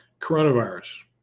Coronavirus